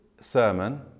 sermon